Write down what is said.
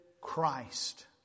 Christ